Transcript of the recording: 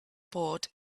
part